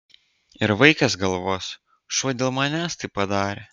ir vaikas galvos šuo dėl manęs tai padarė